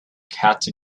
catch